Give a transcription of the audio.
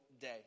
day